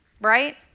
right